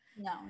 no